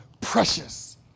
precious